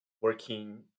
working